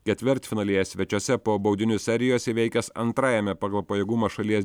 ketvirtfinalyje svečiuose po baudinių serijos įveikęs antrajame pagal pajėgumą šalies